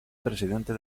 presidente